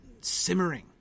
simmering